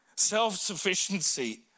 Self-sufficiency